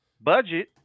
budget